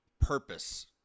Purpose